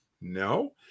no